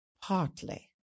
partly